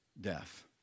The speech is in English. death